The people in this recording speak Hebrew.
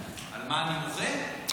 באנשים שלומדים תורה, אדוני,